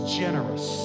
generous